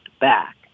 back